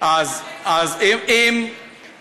אז הם לא ישפטו לפי המשפט העברי,